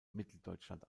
mitteldeutschland